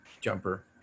jumper